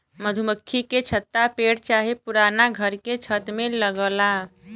मधुमक्खी के छत्ता पेड़ चाहे पुराना घर के छत में लगला